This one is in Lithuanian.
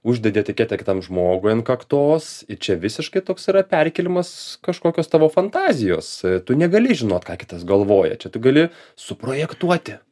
uždedi etiketę kitam žmogui ant kaktos ir čia visiškai toks yra perkėlimas kažkokios tavo fantazijos tu negali žinot ką kitas galvoja čia tu gali suprojektuoti